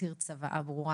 הותיר צוואה ברורה